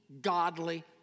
godly